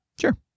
Sure